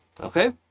Okay